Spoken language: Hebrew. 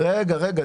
אתה